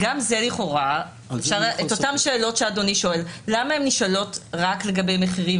למה אותן שאלות שאדוני שואל נשאלות רק לגבי מחירים